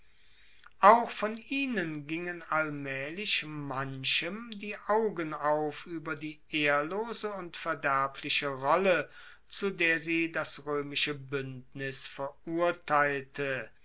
auch von ihnen gingen allmaehlich manchem die augen auf ueber die ehrlose und verderbliche rolle zu der sie das roemische buendnis verurteilte